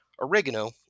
oregano